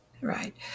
right